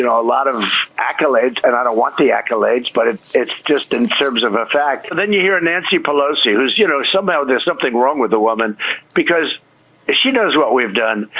and a lot of accolades, and i don't want the accolades, but it's it's just in terms of a fact. then you hear nancy pelosi, who's, you know, somehow there's something wrong with the woman because she knows what we've done.